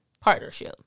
partnership